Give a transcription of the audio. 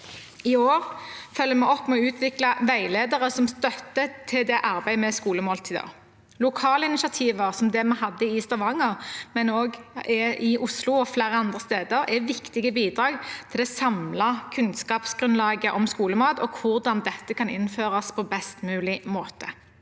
I år følger vi opp med å utvikle veiledere som støtte til det arbeidet med skolemåltider. Lokale initiativer, som det vi hadde i Stavanger, men også her i Oslo og flere andre steder, er viktige bidrag til det samlede kunnskapsgrunnlaget om skolemat og hvordan dette kan innføres på best mulig måte.